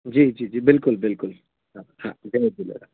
जी जी जी बिल्कुलु बिल्कुलु हा हा जय झूलेलाल